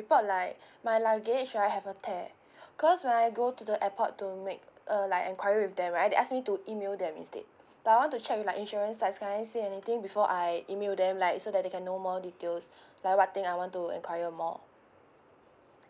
report like my luggage right have a tear because when I go to the airport to make err like enquiry with them right they ask me to email them instead but I want to check like insurance side guys see anything before I email them like so that they can know more details like what thing I want to inquire more